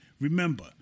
Remember